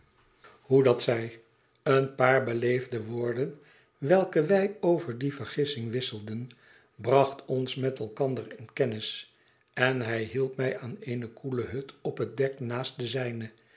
dat zij een paar beleefde woorden welke wij over die vergissing wisselden brachten ons met elkander in kennis en hij hielp mij aan eene koele hut op het dek naast de zijne